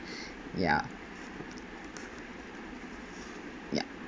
ya ya